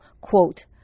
Quote